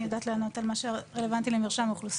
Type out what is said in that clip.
אני יודעת לענות על מה שרלוונטי למרשם האוכלוסין.